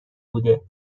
بوده